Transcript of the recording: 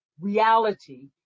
reality